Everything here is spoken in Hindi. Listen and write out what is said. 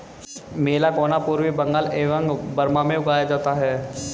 मैलाकोना पूर्वी बंगाल एवं बर्मा में उगाया जाता है